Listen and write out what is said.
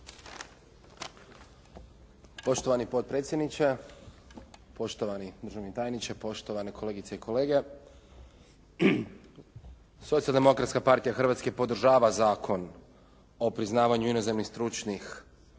Poštovani potpredsjedniče, poštovani državni tajniče, poštovane kolegice i kolege. Socijaldemokratska partija Hrvatske podržava Zakon o priznavanju inozemnih, stručnih